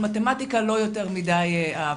אבל מתמטיקה לא יותר מדי אהבתי.